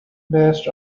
based